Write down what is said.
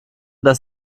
dass